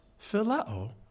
Phileo